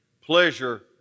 Pleasure